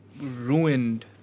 ruined